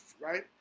right